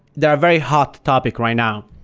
they're a very hot topic right now.